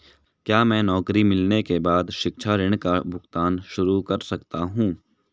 क्या मैं नौकरी मिलने के बाद शिक्षा ऋण का भुगतान शुरू कर सकता हूँ?